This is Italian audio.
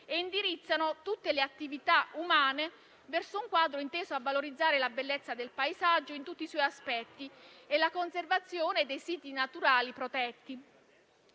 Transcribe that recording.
e indirizzano tutte le attività umane verso un quadro inteso a valorizzare la bellezza del paesaggio in tutti i suoi aspetti e la conservazione dei siti naturali protetti.